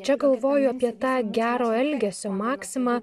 čia galvoju apie tą gero elgesio maksimą